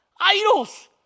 idols